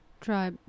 try